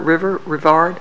river regard